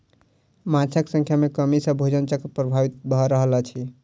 माँछक संख्या में कमी सॅ भोजन चक्र प्रभावित भ रहल अछि